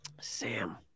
Sam